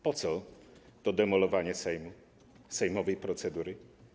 Po co to demolowanie Sejmu, sejmowej procedury?